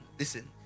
Listen